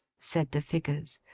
said the figures.